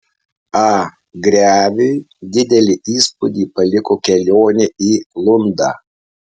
a greviui didelį įspūdį paliko kelionė į lundą